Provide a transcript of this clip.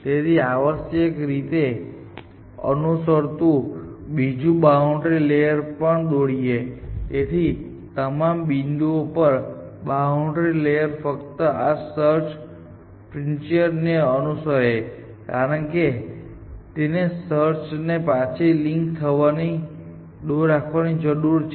તેને આવશ્યક રીતે અનુસરતું બીજું બાઉન્ડ્રી લેયર પણ દોરીએ છે તેથી તમામ બિંદુઓ પર બાઉન્ડ્રી લેયર ફક્ત આ સર્ચ ફ્રન્ટીયર ને અનુસરે છે કારણ કે તેને સર્ચ ને પાછી લીક થવાથી દૂર રાખવાની જરૂર છે